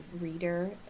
reader